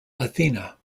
athena